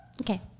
Okay